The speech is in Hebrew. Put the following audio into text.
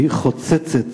והיא חוצצת